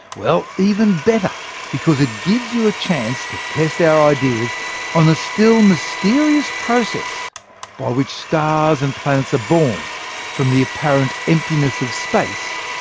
well, even better because it gives you a chance to test our ideas on the still mysterious process by which stars and planets are born from the apparent emptiness of space,